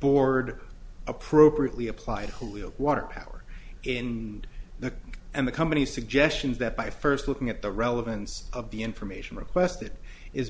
board appropriately applied who will water power in the and the company's suggestions that by first looking at the relevance of the information request